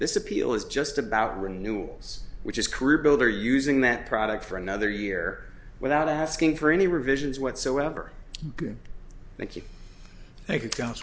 this appeal is just about renewals which is career builder using that product for another year without asking for any revisions whatsoever thank you thank